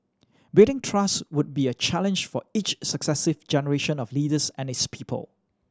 building trust would be a challenge for each successive generation of leaders and its people